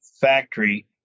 factory